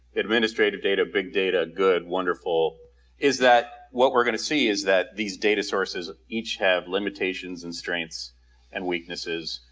administrative data, big data, good, wonderful is that what we're going to see is that these data sources each have limitations and strengths and weaknesses.